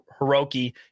Hiroki